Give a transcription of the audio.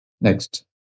Next